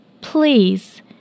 please